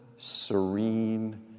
serene